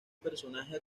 personaje